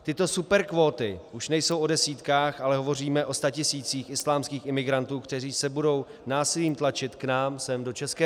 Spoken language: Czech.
Tyto superkvóty už nejsou o desítkách, ale hovoříme o statisících islámských imigrantů, kteří se budou násilím tlačit k nám sem do ČR.